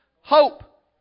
hope